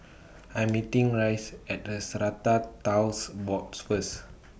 I'm meeting Reese At The Strata Titles Boards First